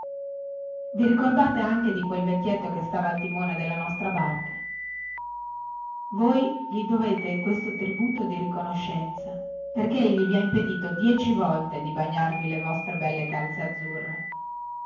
vi ricordate anche di quel vecchietto che stava al timone della nostra barca voi gli dovete questo tributo di riconoscenza perchè egli vi ha impedito dieci volte di bagnarvi le vostre belle calze azzurre